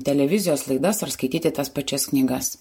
televizijos laidas ar skaityti tas pačias knygas